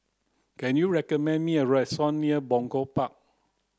can you recommend me a restaurant near Punggol Park